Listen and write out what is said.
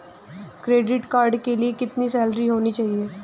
Credit card के लिए कितनी सैलरी होनी चाहिए?